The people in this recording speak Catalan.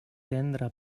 tendre